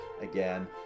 again